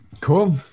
Cool